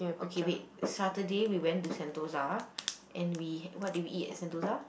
okay wait Saturday we went to Sentosa and we what did we eat at Sentosa